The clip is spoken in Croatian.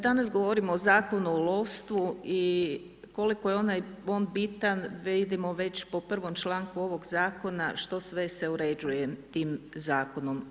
Danas govorimo o Zakonu o lovstvu i koliko je on bitan vidimo već po prvom članku ovog zakona što sve se uređuje tim zakonom.